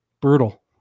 Brutal